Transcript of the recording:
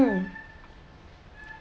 mm